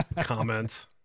Comments